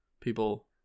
people